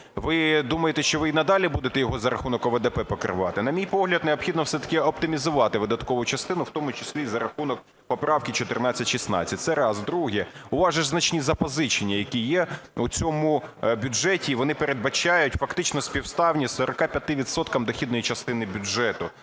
Ви думаєте, що ви і надалі буде його за рахунок ОВДП покривати? На мій погляд, необхідно все-таки оптимізувати видаткову частину, в тому числі і за рахунок поправки 1416. Це раз. Друге. У вас же значні запозичення, які є у цьому бюджеті, і вони передбачають фактично співставні 45 відсоткам дохідної частини бюджету.